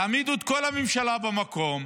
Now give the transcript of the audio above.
תעמידו את כל הממשלה במקום.